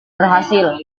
berhasil